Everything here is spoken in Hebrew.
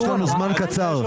יש לנו זמן קצר.